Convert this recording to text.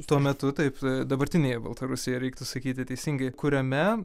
tuo metu taip dabartinėje baltarusijoje reiktų sakyti teisingai kuriame